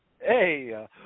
Hey